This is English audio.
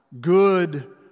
Good